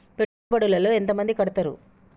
పెట్టుబడుల లో ఎంత మంది కడుతరు?